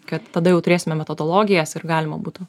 kad tada jau turėsime metodologijas ir galima būtų